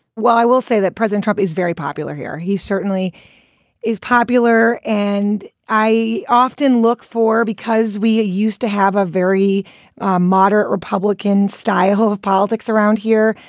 well, i will say that president trump is very popular here. he certainly is popular. and i often look for because we used to have a very moderate republican style of politics around here,